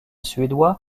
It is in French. suédois